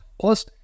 Plus